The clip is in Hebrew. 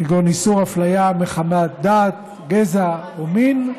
כגון איסור אפליה מחמת דת, גזע או מין,